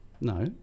No